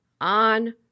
on